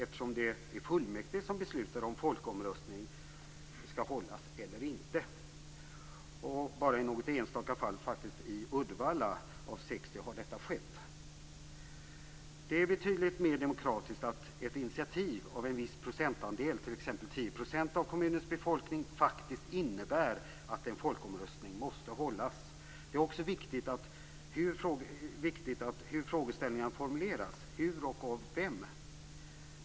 Det är ju fullmäktige som beslutar huruvida folkomröstning skall hållas eller inte. Bara i något enstaka fall av 60, faktiskt bl.a. i Uddevalla, har detta skett. Det är betydligt mer demokratiskt att ett initiativ av en viss procentandel, t.ex. 10 % av kommunens befolkning, faktiskt innebär att en folkomröstning måste hållas. Det är också viktigt hur och av vem frågeställningarna formuleras.